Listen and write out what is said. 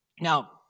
Now